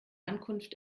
ankunft